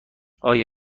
آیا